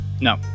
No